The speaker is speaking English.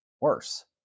worse